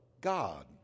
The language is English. God